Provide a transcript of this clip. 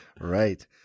right